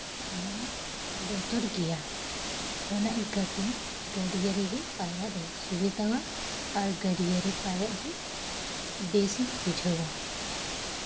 ᱚᱱᱟ ᱵᱚᱛᱚᱨ ᱜᱮᱭᱟ ᱚᱱᱟ ᱤᱠᱷᱟᱹᱛᱮ ᱜᱟᱹᱰᱭᱟᱹ ᱨᱮᱜᱮ ᱯᱟᱭᱨᱟᱜ ᱫᱚ ᱥᱩᱵᱤᱫᱟᱣᱟ ᱟᱨ ᱜᱟᱹᱰᱭᱟᱹ ᱨᱮ ᱯᱟᱭᱨᱟᱜ ᱜᱮ ᱵᱮᱥ ᱤᱧ ᱵᱩᱡᱷᱟᱹᱣᱟ